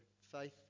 faith